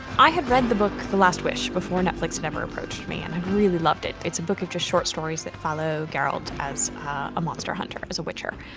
i had read the book the last wish before netflix had ever approached me, and i'd really loved it. it's a book of just short stories that follow geralt as a monster hunter, as a witcher.